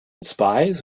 spies